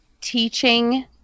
teaching